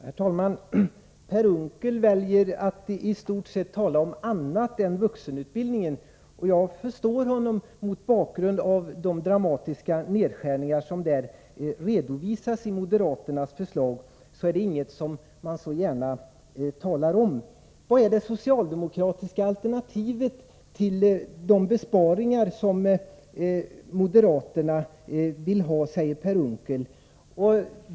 Herr talman! Per Unckel väljer att i stort sett tala om annat än vuxenutbildningen. Jag förstår att vuxenutbildningen inte är något som han så gärna talar om mot bakgrund av de dramatiska nedskärningar som redovisas i moderaternas förslag. Vad är det socialdemokratiska alternativet till moderaternas besparingar, frågar Per Unckel.